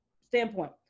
standpoint